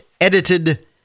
edited